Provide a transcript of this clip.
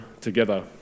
together